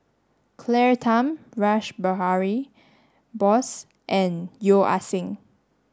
Claire Tham Rash Behari Bose and Yeo Ah Seng